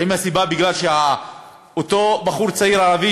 האם הסיבה היא שבגלל שלאותו בחור צעיר ערבי